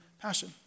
passion